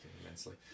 immensely